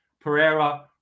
Pereira